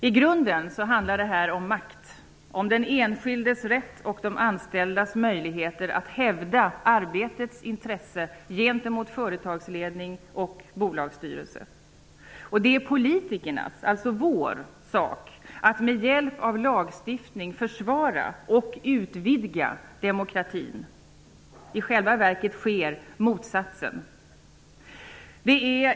I grunden handlar det om makt och om den enskildes rätt och de anställdas möjligheter att hävda arbetets intresse gentemot företagsledning och bolagsstyrelse. Det är politikernas, vår, sak att med hjälp av lagstiftning försvara och utvidga demokratin. I själva verket sker motsatsen.